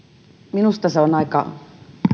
minusta se on aika